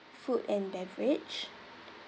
food and beverage